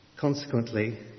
Consequently